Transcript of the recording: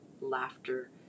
laughter